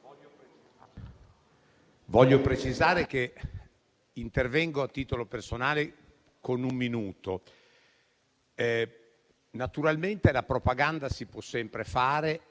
voglio precisare che intervengo a titolo personale in un minuto. Naturalmente la propaganda si può sempre fare